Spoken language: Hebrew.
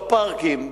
בפארקים,